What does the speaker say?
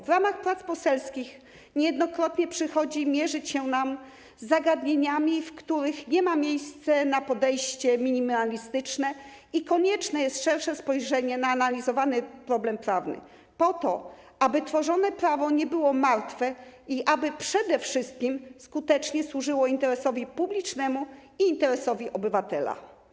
W ramach prac poselskich niejednokrotnie przychodzi nam mierzyć się z zagadnieniami, w których nie ma miejsca na podejście minimalistyczne i konieczne jest szersze spojrzenie na analizowany problem prawny - po to, aby tworzone prawo nie było martwe i aby przede wszystkim skutecznie służyło interesowi publicznemu i interesowi obywatela.